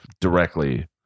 directly